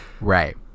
Right